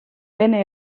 vene